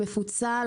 מפוצל,